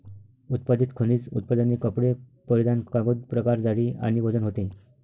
उत्पादित खनिज उत्पादने कपडे परिधान कागद प्रकार जाडी आणि वजन होते